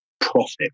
profit